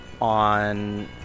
on